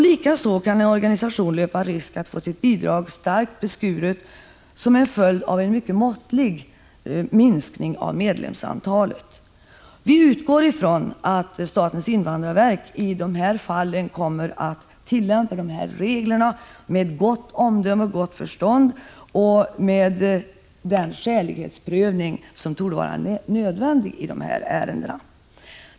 Likaså kan en organisation löpa risk att få sitt bidrag starkt beskuret som en följd av en mycket måttlig minskning av medlemsantalet. Vi utgår från att statens invandrarverk i de här fallen kommer att tillämpa reglerna med gott omdöme och gott förstånd samt göra den skälighetsprövning som torde vara nödvändig i dessa ärenden.